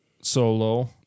solo